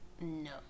No